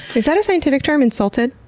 is that a scientific term? insulted?